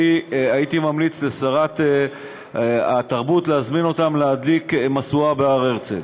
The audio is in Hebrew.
אני הייתי ממליץ לשרת התרבות להזמין אותם להדליק משואה בהר-הרצל.